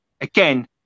again